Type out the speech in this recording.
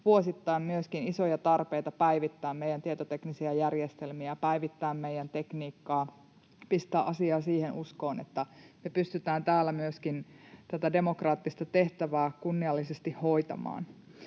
myöskin isoja tarpeita päivittää meidän tietoteknisiä järjestelmiä, päivittää meidän tekniikkaa, pistää asiat siihen uskoon, että me pystytään täällä myöskin tätä demokraattista tehtävää kunniallisesti hoitamaan.